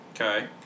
Okay